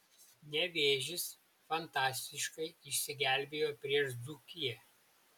nevėžis fantastiškai išsigelbėjo prieš dzūkiją